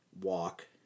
walk